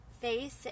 face